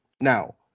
Now